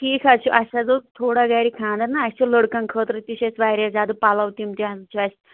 ٹھیٖک حظ چھُ اَسہِ حظ اوس تھوڑا گَرِ خانٛدر نا اَسہِ چھُ لٔڑکن خٲطرٕ تہِ چھِ اَسہِ وارِیاہ زیادٕ پَلو تِم تہِ چھِ اَسہِ